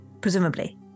presumably